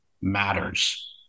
matters